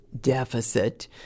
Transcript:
deficit